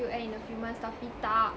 will end in a few months tapi tak